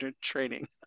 training